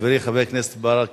חברי חבר הכנסת ברכה